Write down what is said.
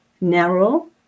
narrow